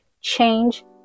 change